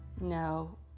no